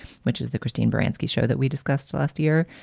which is the christine baranski show that we discussed last year.